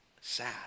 sad